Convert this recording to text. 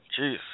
Jeez